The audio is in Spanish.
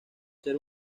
ser